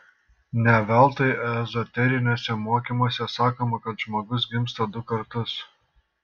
ne veltui ezoteriniuose mokymuose sakoma kad žmogus gimsta du kartus